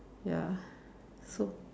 ya so